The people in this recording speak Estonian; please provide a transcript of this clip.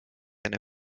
enne